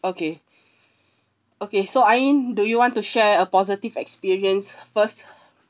okay okay so ain do you want to share a positive experience first